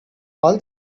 all